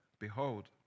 Behold